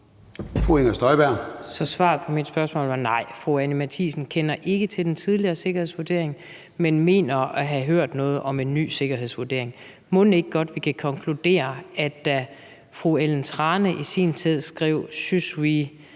svaret på mit spørgsmål var: Nej, fru Anni Matthiesen kender ikke til den tidligere sikkerhedsvurdering, men mener at have hørt noget om en ny sikkerhedsvurdering. Fru Ellen Trane Nørby skrev i sin